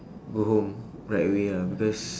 go home right away ah because